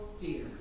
dear